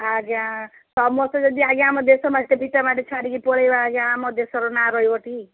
ଆଜ୍ଞା ସମସ୍ତେ ଯଦି ଆଜ୍ଞା ଆମ ଦେଶ ମାଟି ଭିଟା ମାଟି ଛାଡ଼ିକି ପଳେଇବା ଆଜ୍ଞା ଆମ ଦେଶର ନାଁ ରହିବ ଟି